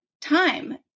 time